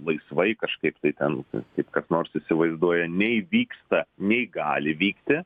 laisvai kažkaip tai ten kaip kas nors įsivaizduoja neįvyksta nei gali vykti